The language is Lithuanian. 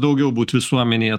daugiau būt visuomenėje